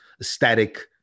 aesthetic